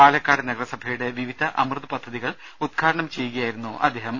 പാലക്കാട് നഗരസഭയുടെ വിവിധ അമൃത് പദ്ധതികൾ ഉദ്ഘാടനം ചെയ്യുകയായിരുന്നു അദ്ദേഹം